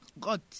God